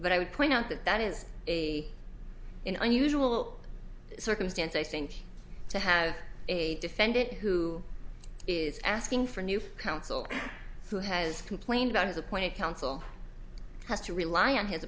but i would point out that that is in an unusual circumstance i think to have a defendant who is asking for new counsel who has complained about his appoint counsel has to rely on his